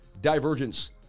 divergence